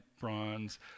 bronze